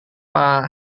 pak